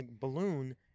balloon